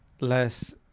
less